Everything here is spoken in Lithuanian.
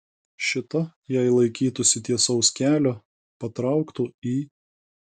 šita jei laikytųsi tiesaus kelio patrauktų į